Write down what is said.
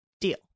deal